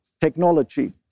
technology